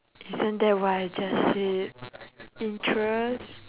isn't that what I just said interest